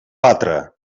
batre